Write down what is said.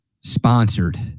sponsored